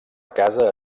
casa